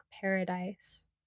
paradise